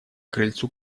крыльцу